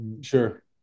Sure